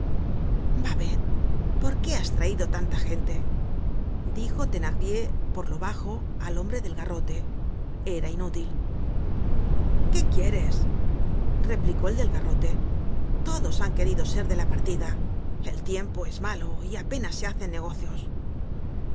de hierro babet por qué has traido tanta gente dijo thenardier por lo bajo al hombre del garrote era inútil qué quieres replicó el del garrote todos han querido ser de la partida el tiempo es malo y apenas se hacen negocios la